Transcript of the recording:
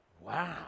Wow